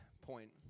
point